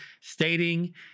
stating